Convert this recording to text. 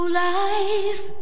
life